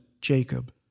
Jacob